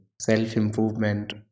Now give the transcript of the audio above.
Self-improvement